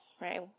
right